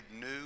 new